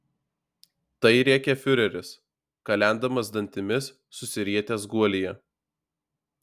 tai rėkė fiureris kalendamas dantimis susirietęs guolyje